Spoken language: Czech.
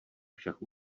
však